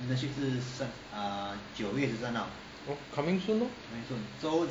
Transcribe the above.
oh coming soon lor